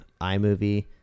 iMovie